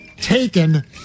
taken